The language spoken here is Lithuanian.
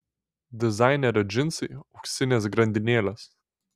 dizainerio džinsai auksinės grandinėlės